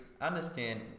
understand